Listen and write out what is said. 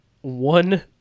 one